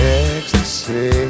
ecstasy